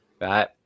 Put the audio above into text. Right